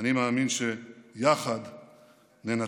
אני מאמין שיחד ננצח.